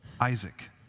Isaac